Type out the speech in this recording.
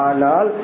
Anal